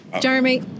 Jeremy